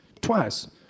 twice